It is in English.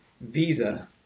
visa